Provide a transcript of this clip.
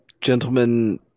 gentlemen